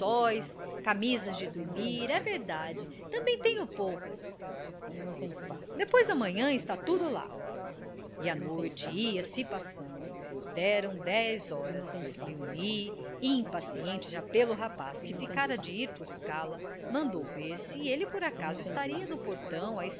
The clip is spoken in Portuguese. lençóis camisas de dormir é verdade também tenho poucas depois damanhã está tudo lá e a noite ia-se passando deram dez horas léonie impaciente já pelo rapaz que ficara de ir buscá-la mandou ver se ele por acaso estaria no portão